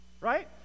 right